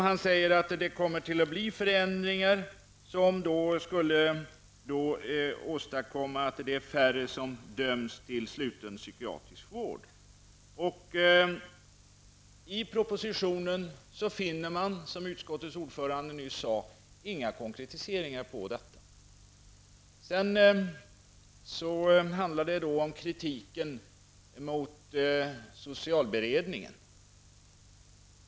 Han säger att det kommer att bli förändringar, som skulle åstadkomma att det blir färre som döms till sluten psykiatrisk vård. I propositionen finner man, som utskottets ordförande nyss sade, inga konkretiseringar av detta. Sedan handlar det om kritiken mot socialberedningen.